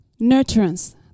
Nurturance